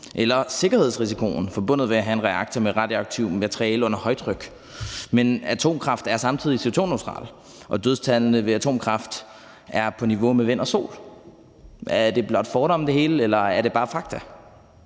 eller sikkerhedsrisikoen forbundet med at have en reaktor med radioaktivt materiale under højtryk. Men atomkraft er samtidig CO2-neutralt, og dødstallene ved atomkraft er på niveau med dem ved vind- og solkraft. Er det hele blot fordomme, eller er det bare fakta?